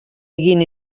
egin